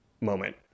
moment